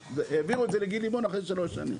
העבירו את זה לגידי אחרי שלוש שנים.